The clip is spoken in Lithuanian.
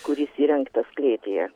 kuris įrengtas klėtyje